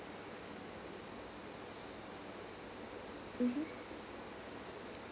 mmhmm